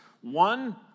One